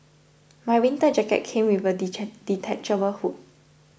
my winter jacket came with a detachable hood